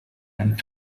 and